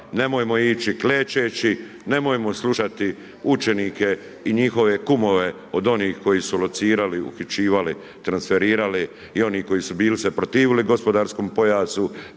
nemojmo ići klečeći, nemojmo slušati učenike i njihove kumove od onih koji su locirali, uhićivali, transferirali i onih koji su bili se protivili gospodarskom pojasu